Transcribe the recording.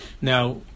Now